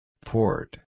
Port